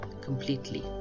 completely